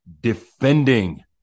defending